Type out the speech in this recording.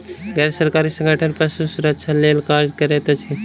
गैर सरकारी संगठन पशु सुरक्षा लेल कार्य करैत अछि